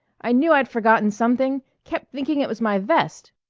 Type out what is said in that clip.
i knew i'd forgotten something. kept thinking it was my vest.